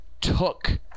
took